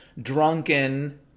Drunken